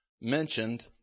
mentioned